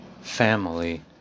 family